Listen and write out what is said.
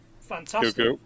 Fantastic